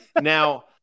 now